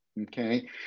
Okay